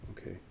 okay